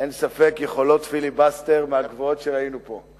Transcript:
אין ספק, יכולות פיליבסטר מהגבוהות שראינו פה.